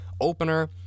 opener